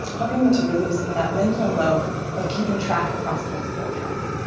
helping me to relieve some of that mental load of keeping track across multiple accounts.